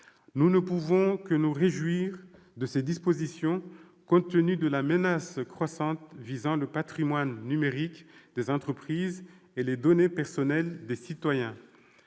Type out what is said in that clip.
Nous ne pouvons que nous réjouir de ces dispositions, compte tenu de la menace croissante visant le patrimoine numérique des entreprises et les données personnelles des citoyens.